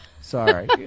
Sorry